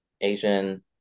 asian